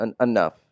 enough